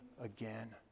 again